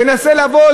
תנסה לבוא,